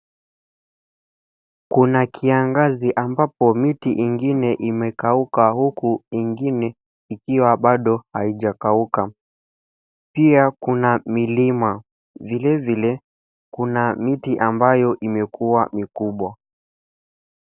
Kuna kiangazi ambapo miti ingine imekauka huku ingine ikiwa bado haijakauka. Pia kuna milima. Vilevile kuna miti ambayo imekuwa mikubwa.